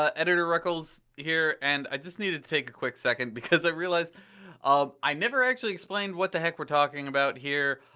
ah editor reckles here, and i just needed to take a quick second because i realized that um i never actually explained what the heck we're talking about here.